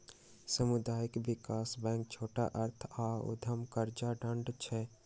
सामुदायिक विकास बैंक छोट अर्थ आऽ उद्यम कर्जा दइ छइ